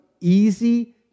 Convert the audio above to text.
easy